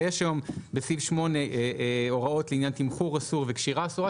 ויש היום בסעיף 8 הוראות לעניין תמחור אסור וקשירה אסורה,